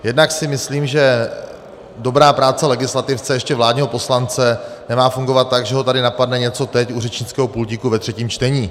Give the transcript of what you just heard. Jednak si myslím, že dobrá práce legislativce a ještě vládního poslance nemá fungovat tak, že ho tady napadne něco teď u řečnického pultíku ve třetím čtení.